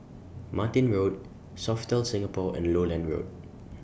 Martin Road Sofitel Singapore and Lowland Road